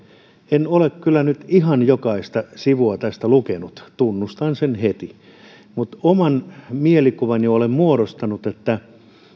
en ole kyllä nyt ihan jokaista sivua tästä lukenut tunnustan sen heti mutta oman mielikuvani olen muodostanut että